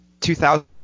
2000